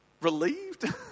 Relieved